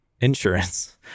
insurance